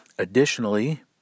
Additionally